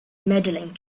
medaling